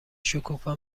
شکوفا